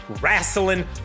Wrestling